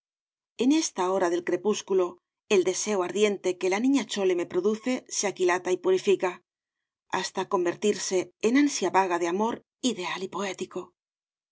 en esta hora del crepúsculo el deseo ardiente que la niña chole me produce se aquilata y purifica hasta convertirse en ansia vaga de amor ideal y poético